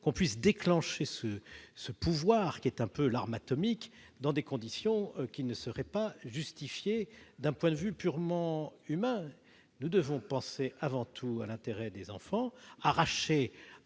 pour autant déclencher ce pouvoir- qui est un peu l'arme atomique -dans des conditions qui ne seraient pas justifiées d'un point de vue strictement humain. Nous devons penser avant tout à l'intérêt des enfants arrachés